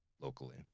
locally